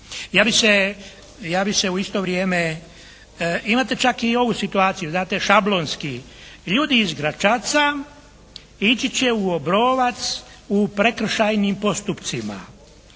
Ja bi se u isto vrijeme, imate čak i ovu situaciju, znate šablonski. Ljudi iz Gračaca ići će u Obrovac u prekršajnim postupcima.